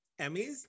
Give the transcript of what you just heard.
Emmys